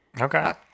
Okay